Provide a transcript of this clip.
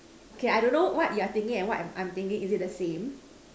okay I don't know what you're thinking and what I'm I'm thinking is it the same